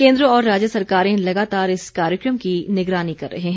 केंद्र और राज्य सरकारें लगातार इस कार्यक्रम की निगरानी कर रहे हैं